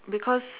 because